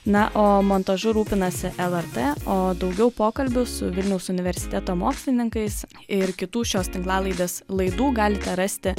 na o montažu rūpinasi lrt o daugiau pokalbių su vilniaus universiteto mokslininkais ir kitų šios tinklalaidės laidų galite rasti